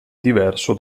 diverso